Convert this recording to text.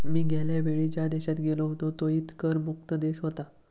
मी गेल्या वेळी ज्या देशात गेलो होतो तोही कर मुक्त देश होता